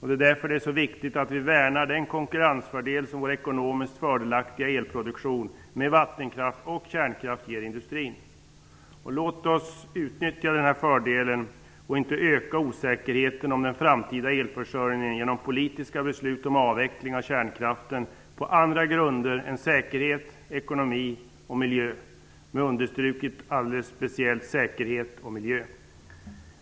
Det är därför det är så viktigt att vi värnar den konkurrensfördel som vår ekonomiskt fördelaktiga elproduktion med vattenkraft och kärnkraft ger industrin. Låt oss utnyttja denna fördel och inte öka osäkerheten om den framtida elförsörjningen genom politiska beslut om avveckling av kärnkraften på andra grunder än säkerhet, ekonomi och miljö -- säkerhet och miljö alldeles speciellt understruket.